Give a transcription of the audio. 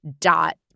dot